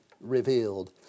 revealed